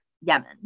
Yemen